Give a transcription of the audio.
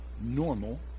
normal